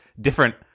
different